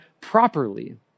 properly